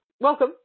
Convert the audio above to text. Welcome